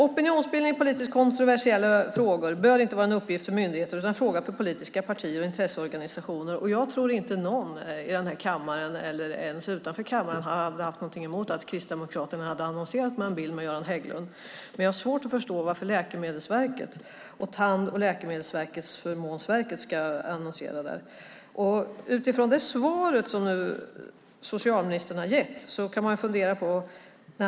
"Opinionsbildning i politiskt kontroversiella frågor . bör inte vara en uppgift för myndigheter utan en fråga för politiska partier och intresseorganisationer." Så står det i utredningen. Jag tror inte att någon i denna kammare eller ens utanför kammaren hade haft något emot om Kristdemokraterna hade annonserat med en bild på Göran Hägglund. Men jag har svårt att förstå varför Läkemedelsverket och Tandvårds och läkemedelsförmånsverkets ska annonsera där. Man kan fundera över det svar som socialministern har gett.